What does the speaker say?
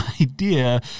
idea